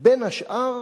בין השאר